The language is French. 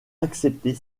accepter